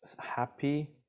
happy